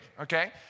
okay